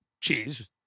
cheese